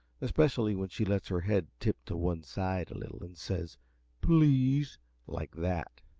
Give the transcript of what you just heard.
especially when she lets her head tip to one side a little and says please like that?